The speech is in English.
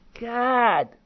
God